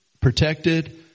protected